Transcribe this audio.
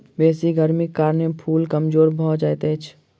बेसी गर्मीक कारणें फूल कमजोर भअ जाइत अछि